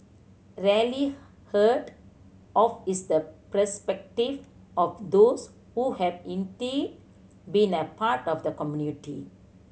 rarely heard of is the perspective of those who have indeed been a part of the community